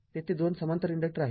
तेथे २ समांतर इन्डक्टर आहेत